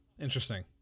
Interesting